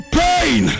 pain